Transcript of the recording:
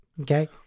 Okay